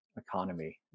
economy